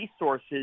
resources